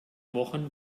wochen